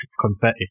Confetti